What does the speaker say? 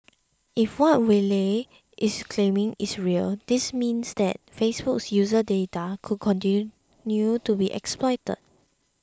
if what Wylie is claiming is real this means that Facebook's user data could continue to be exploited